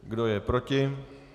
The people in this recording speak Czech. Kdo je proti?